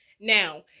Now